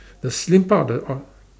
the slim part or the or